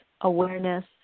awareness